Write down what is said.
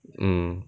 mm